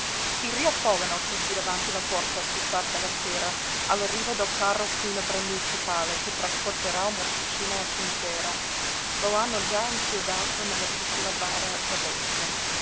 si riaffollano tutti davanti la porta sul far della sera all'arrivo del carro funebre municipale che trasporterà il morticino al cimitero lo hanno già inchiodato nella piccola bara d'abete